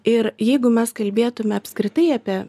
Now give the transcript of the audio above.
ir jeigu mes kalbėtume apskritai apie